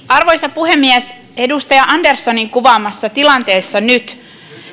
arvoisa puhemies edustaja anderssonin kuvaamassa tilanteessa nyt